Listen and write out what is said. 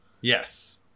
Yes